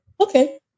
Okay